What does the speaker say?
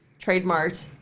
trademarked